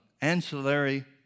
ancillary